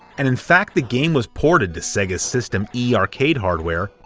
and in fact the game was ported to sega's system e arcade hardware,